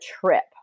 trip